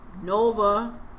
Nova